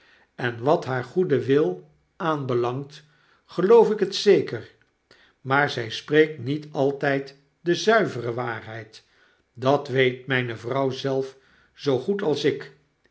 en wat haar goeden wil aanbelangt geloof ik het zeker maar zy spreekt niet altijd de zuivere waarheid dat weet myne vrouw zelf zoo goed als ik